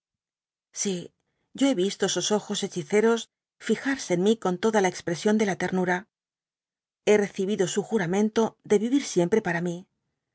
sí yo hé visto esos ojos hechiceros fijarse en mí con toda la expresión de la ternura hé recibido su juramento de vivir siempre para mí